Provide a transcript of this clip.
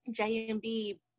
JMB